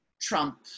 Trump